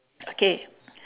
okay